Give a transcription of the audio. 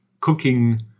cooking